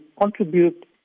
contribute